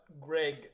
Greg